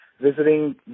visiting